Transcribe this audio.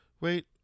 Wait